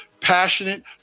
passionate